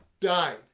died